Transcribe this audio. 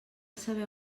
saber